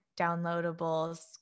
downloadables